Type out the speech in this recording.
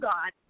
God